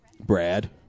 Brad